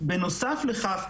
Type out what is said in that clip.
בנוסף לכך,